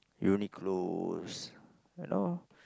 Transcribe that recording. Uniqlo's you know